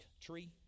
tree